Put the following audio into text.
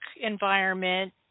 environment